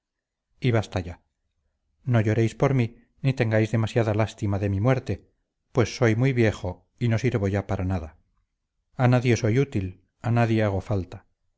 y basta ya no lloréis por mí ni tengáis demasiada lástima de mi muerte pues soy muy viejo y no sirvo ya para nada a nadie soy útil a nadie hago falta